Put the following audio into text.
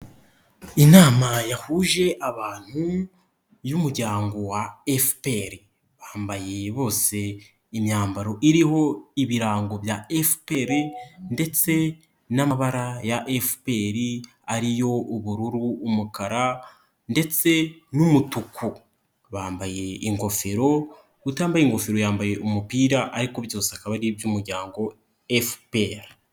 Inama yahuje abantu y'umuryango wa FPR, bambaye bose imyambaro iriho ibirango bya FPR ndetse n'amabara ya FPR, ari yo ubururu, umukara ndetse n'umutuku. Bambaye ingofero, utambaye ingofero yambaye umupira ariko byose akaba ari iby'umuryango FPR.